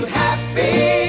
happy